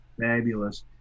Fabulous